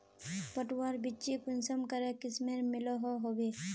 पटवार बिच्ची कुंसम करे किस्मेर मिलोहो होबे?